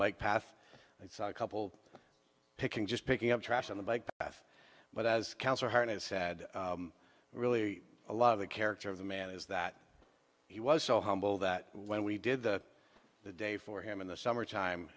bike path i saw a couple picking just picking up trash on the bike path but as counsel heard it said really a lot of the character of the man is that he was so humble that when we did the the day for him in the summer time